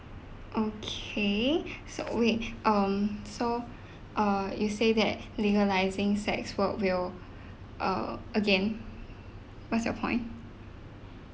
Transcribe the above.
okay so wait um so err you say that legalising sex work will err again what's your point